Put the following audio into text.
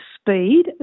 speed